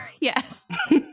Yes